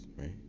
right